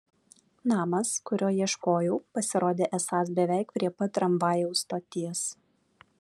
namas kurio ieškojau pasirodė esąs beveik prie pat tramvajaus stoties